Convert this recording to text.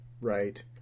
right